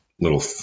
Little